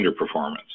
underperformance